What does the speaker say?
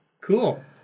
Cool